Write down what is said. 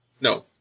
No